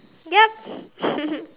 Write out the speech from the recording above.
yup